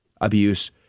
abuse